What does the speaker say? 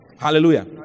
Hallelujah